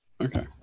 Okay